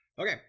Okay